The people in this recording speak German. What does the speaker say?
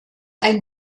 ein